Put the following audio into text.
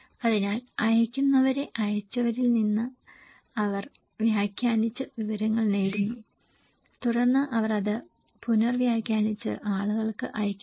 അതിനാൽ അയയ്ക്കുന്നവരേ അയച്ചവരിൽ നിന്ന് അവർ വ്യാഖ്യാനിച്ച് വിവരങ്ങൾ നേടുന്നു തുടർന്ന് അവർ അത് പുനർവ്യാഖ്യാനിച്ച് ആളുകൾക്ക് അയയ്ക്കുന്നു